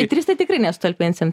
ir tris tai tikrai nesutalpinsim